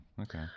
Okay